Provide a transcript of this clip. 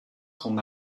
son